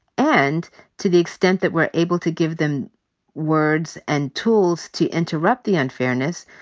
and to the extent that we're able to give them words and tools to interrupt the unfairness,